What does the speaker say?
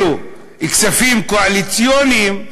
אלו כספים קואליציוניים,